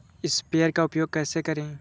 Sprayer का उपयोग कैसे करें?